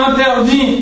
interdit